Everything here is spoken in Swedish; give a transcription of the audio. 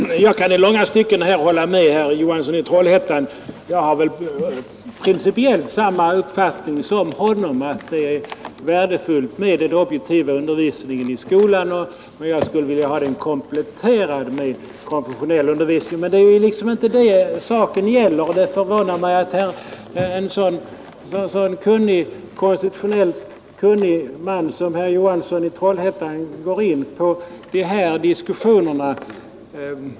Herr talman! Jag kan i långa stycken hålla med herr Johansson i Trollhättan; jag har väl samma principiella uppfattning som han om att det är värdefullt med en objektiv undervisning i skolan. Jag skulle vilja ha den undervisningen kompletterad med konfessionell undervisning, men det är inte det saken gäller. Det förvånar mig att en konstitutionellt så kunnig man som herr Johansson i Trollhättan går in på en sådan diskussion som denna.